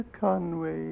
Conway